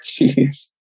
Jeez